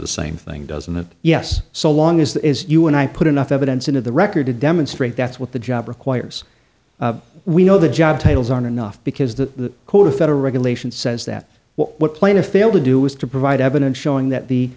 the same thing doesn't yes so long as you and i put enough evidence into the record to demonstrate that's what the job requires we know the job titles aren't enough because the court or federal regulation says that what plan to fail to do is to provide evidence showing that the